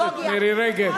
חברת הכנסת מירי רגב.